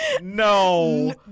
no